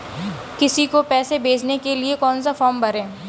किसी को पैसे भेजने के लिए कौन सा फॉर्म भरें?